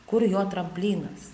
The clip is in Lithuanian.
kur jo tramplinas